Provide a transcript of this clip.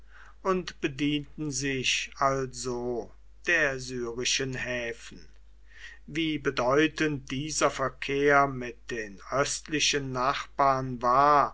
und bedienten sich also der syrischen häfen wie bedeutend dieser verkehr mit den östlichen nachbarn war